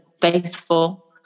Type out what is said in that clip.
faithful